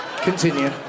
Continue